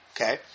okay